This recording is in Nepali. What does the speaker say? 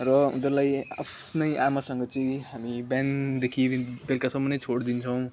र उनीहरूलाई आफ्नै आमासँग चाहिँ हामी बिहानदेखि बेलुकासम्म नै छोडिदिन्छौँ